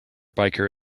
biker